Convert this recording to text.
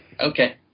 Okay